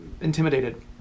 intimidated